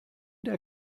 der